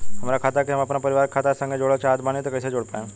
हमार खाता के हम अपना परिवार के खाता संगे जोड़े चाहत बानी त कईसे जोड़ पाएम?